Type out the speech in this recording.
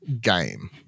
game